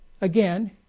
again